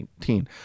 2019